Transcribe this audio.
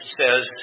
says